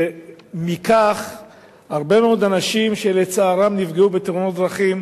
ומכך הרבה מאוד אנשים שלצערם נפגעו בתאונות דרכים,